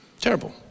Terrible